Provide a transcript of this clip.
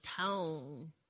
tone